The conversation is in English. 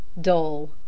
dull